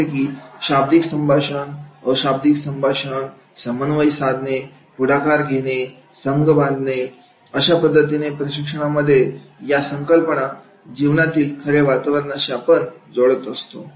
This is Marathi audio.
जसे की शाब्दिक संभाषण अ शाब्दिक संभाषण समन्वय साधणे पुढाकार घेणे संघ बांधणे अशा पद्धतीने प्रशिक्षणामध्ये या संकल्पना जीवनातील खरे वातावरणाशी आपण जोडत असतो